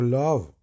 love